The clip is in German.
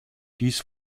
dies